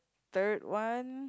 third one